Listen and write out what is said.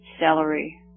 celery